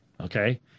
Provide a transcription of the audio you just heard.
Okay